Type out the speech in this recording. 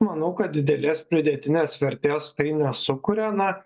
manau kad didelės pridėtinės vertės tai nesukuria na